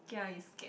kia is scared